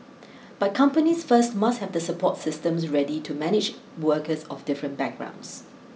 but companies first must have the support systems ready to manage workers of different backgrounds